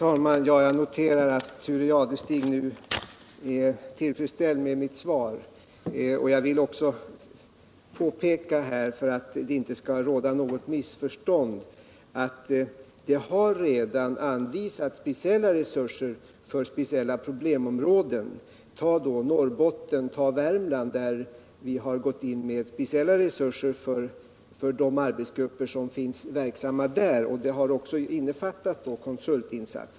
Herr talman! Jag noterar att Thure Jadestig nu är tillfredsställd med mitt svar. Jag vill också påpeka, för att det inte skall råda något missförstånd, att det redan har anvisats speciella resurser för speciella problemområden. I t.ex. Norrbotten och Värmland har vi gått in med speciella resurser för de arbetsgrupper som är verksamma där. Det har då också innefattat konsultinsatser.